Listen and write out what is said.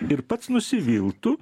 ir pats nusiviltų